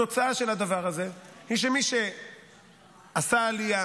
התוצאה של הדבר הזה היא שמי שעשה עלייה